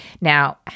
Now